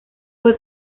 fue